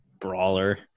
brawler